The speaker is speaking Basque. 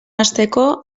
hasteko